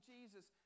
Jesus